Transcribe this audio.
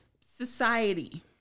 society